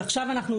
ועכשיו אנחנו,